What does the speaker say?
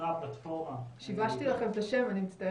החברה פיתחה פלטפורמה לאיתור ותגובה באירועי אבטחת